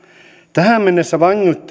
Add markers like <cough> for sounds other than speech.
tähän mennessä vangittuja <unintelligible>